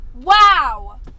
Wow